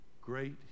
great